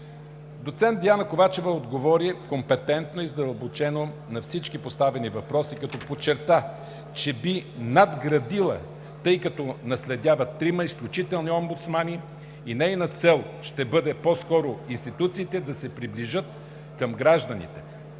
Доцент Диана Ковачева отговори компетентно и задълбочено на всички поставени въпроси, като подчерта, че би надградила, тъй като наследява трима изключителни омбудсмани и нейна цел ще бъде по-скоро институциите да се приближат към гражданите,